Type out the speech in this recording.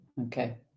Okay